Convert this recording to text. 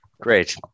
great